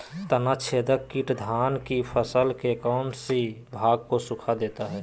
तनाछदेक किट धान की फसल के कौन सी भाग को सुखा देता है?